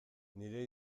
nire